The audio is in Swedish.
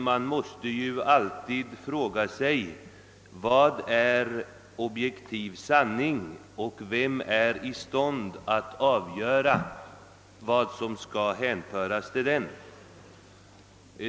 Man måste alltid fråga sig vad objektiv sanning är och vem som är i stånd att avgöra det.